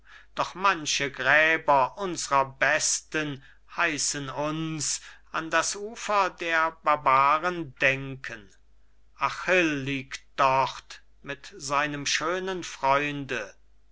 doch manche gräber unsrer besten heißen uns an das ufer der barbaren denken achill liegt dort mit seinem schönen freunde